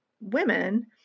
women